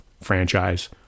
franchise